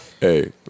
Hey